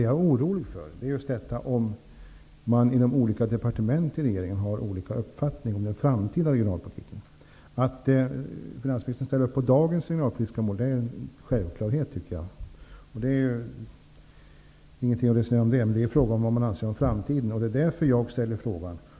Jag är orolig för att man har olika uppfattning inom olika departement i regeringen om den framtida regionalpolitiken. Det är en självklarhet att finansministerns ställer upp på dagens regionalpolitiska mål. Det är ingenting att resonera om. Frågan är vad man anser om framtiden. Det är därför jag ställer den här frågan.